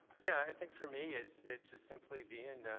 yeah. i think for me, it's, it's just simply being, and